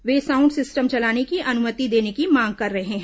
वे sound system चलाने की अनुमति देने की मांग कर रहे हैं